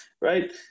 right